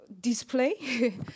display